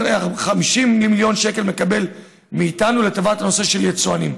50 מיליון שקל הוא מקבל מאיתנו לטובת הנושא של יצואנים,